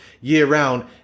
year-round